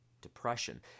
Depression